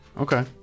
Okay